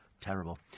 terrible